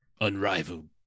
unrivaled